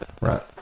Right